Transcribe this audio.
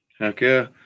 Okay